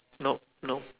nope nope